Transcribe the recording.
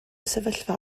sefyllfa